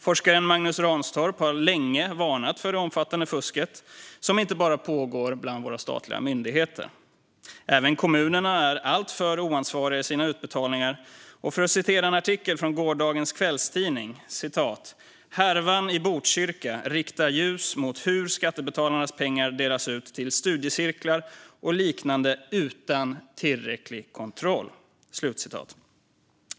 Forskaren Magnus Ranstorp har länge varnat för det omfattande fusket, som inte bara gäller våra statliga myndigheter. Även kommunerna är alltför oansvariga i sina utbetalningar. Låt mig citera en artikel från gårdagens kvällstidning: "Härvan i Botkyrka riktar ljus mot hur skattebetalarnas pengar delas ut till studiecirklar och liknande utan tillräcklig kontroll."